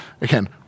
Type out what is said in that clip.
Again